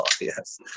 yes